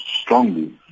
strongly